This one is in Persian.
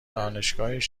دانشگاهش